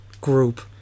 group